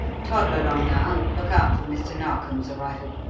toddle along now, and look out for mr. narkom's arrival.